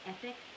Epic